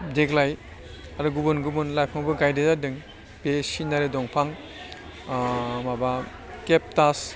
देग्लाय आरो गुबुन गुबुन लाइफांबो गायनाय जादों बे चिनारी दंफां माबा केकटास